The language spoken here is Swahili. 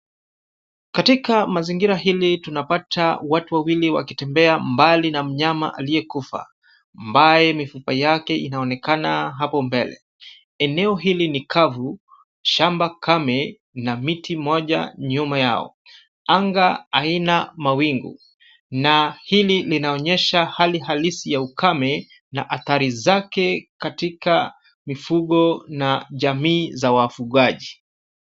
Katika mazingira hili tunapata watu wawili wakitembea mbali na mnyama aliyekufa ambaye mifupa yake inaonekana hapo mbele. Eneo hili ni kavu, shamba kame na miti moja nyuma yao. Anga haina mawingu na hili linaonyesha hali halisi ya ukame na athari zake katika mifugo na jamii za wafugaji.